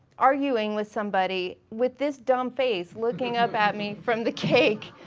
arguing with somebody with this dumb face looking up at me from the cake.